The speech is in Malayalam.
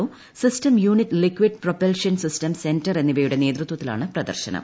O system unit liquid propulsion system സ്നെൻ എന്നിവയുടെ നേതൃത്വത്തിലാണ് പ്രദർശനം